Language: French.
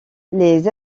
les